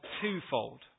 twofold